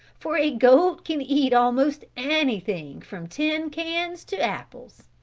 for a goat can eat almost anything from tin cans to apples.